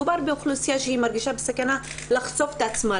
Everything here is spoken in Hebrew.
מדובר באוכלוסייה שהיא מרגישה בסכנה לחשוף את עצמה,